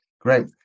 Great